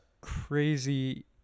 crazy